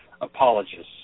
apologists